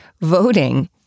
voting